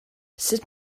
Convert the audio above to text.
sut